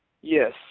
Yes